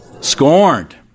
scorned